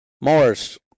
morris